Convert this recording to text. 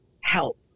help